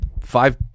five